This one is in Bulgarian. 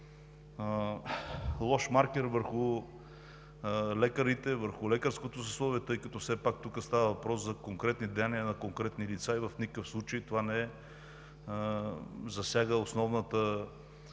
лош маркер върху лекарите, върху лекарското съсловие, тъй като все пак тук става въпрос за конкретни деяния на конкретни лица. В никакъв случай това не засяга основната